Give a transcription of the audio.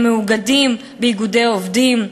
הם מאוגדים באיגודי עובדים.